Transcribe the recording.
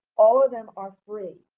all of them are free.